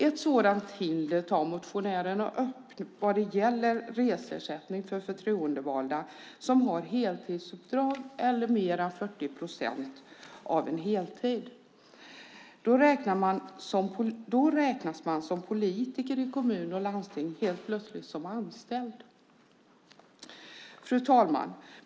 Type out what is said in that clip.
Ett sådant hinder tar motionärerna upp vad gäller reseersättning för förtroendevalda som har heltidsuppdrag eller mer än 40 procent av en heltid. Då räknas man som politiker i kommun och landsting helt plötsligt som anställd. Fru talman!